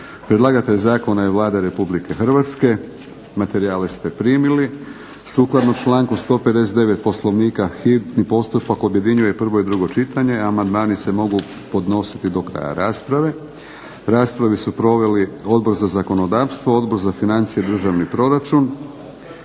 Predlagatelj zakona je Vlada Republike Hrvatske. Materijale ste primili. Sukladno članku 159. Poslovnika hitni postupak objedinjuje prvo i drugo čitanje. Amandmani se mogu podnositi do kraja rasprave. Raspravu su proveli Odbor za zakonodavstvo, Odbor za financije i državni proračun.